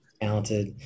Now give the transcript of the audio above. talented